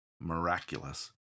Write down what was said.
miraculous